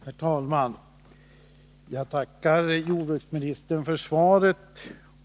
Herr talman! Jag tackar jordbruksministern för svaret.